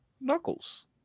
Knuckles